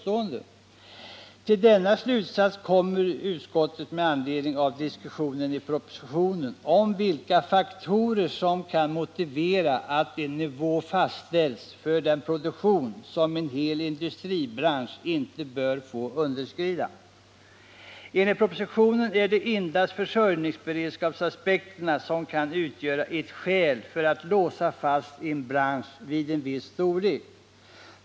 Till denna slutsats kommer utskottet med anledning av diskussionen i propositionen om vilka faktorer som kan motivera att en nivå fastställs för den produktion som en hel industribransch inte bör få underskrida. Enligt propositionen är det endast försörjningsberedskapsaspekterna som kan utgöra ett skäl för att låsa fast en bransch vid en viss storlek.